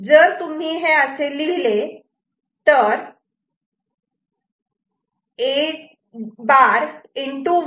आणि जर हे तुम्ही असे लिहिले तर A'